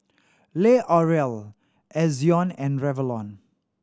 L'Oreal Ezion and Revlon